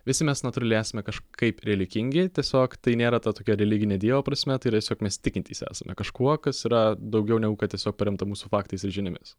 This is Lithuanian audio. visi mes natūraliai esame kažkaip religingi tiesiog tai nėra ta tokia religinė dievo prasme tai yra tiesiog mes tikintys esame kažkuo kas yra daugiau negu kad tiesiog paremta mūsų faktais ir žiniomis